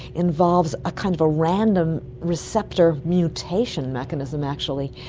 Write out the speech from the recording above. involves a kind of a random receptor mutation mechanism actually,